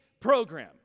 program